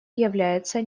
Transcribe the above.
является